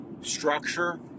structure